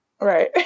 Right